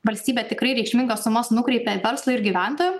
valstybė tikrai reikšmingas sumas nukreipė verslui ir gyventojam